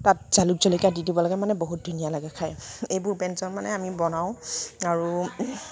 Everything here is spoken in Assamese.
তাত জালুক জলকীয়া দি দিব লাগে মানে বহুত ধুনীয়া লাগে খায় এইবোৰ ব্যঞ্জন মানে আমি বনাওঁ আৰু